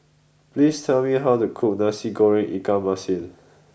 please tell me how to cook Nasi Goreng Ikan Masin